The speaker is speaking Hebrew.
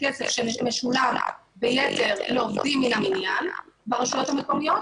הכסף שמשולם ביתר לעובדים מן המניין ברשויות המקומיות,